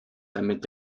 damit